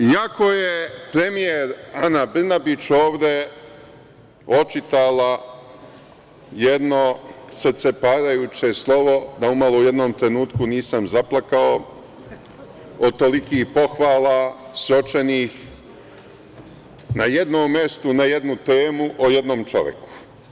Iako je premijer Ana Brnabić, ovde očitala jedno srceparajuće slovo, da umalo u jednom trenutku nisam zaplakao od tolikih pohvala sročenih na jednom mestu, na jednu temu, o jednom čoveku.